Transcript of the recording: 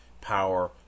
power